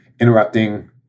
interrupting